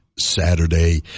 Saturday